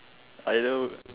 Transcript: either